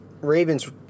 Ravens